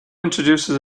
introduces